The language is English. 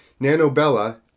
Nanobella